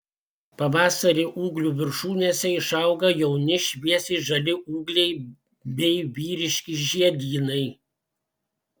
pavasarį ūglių viršūnėse išauga jauni šviesiai žali ūgliai bei vyriški žiedynai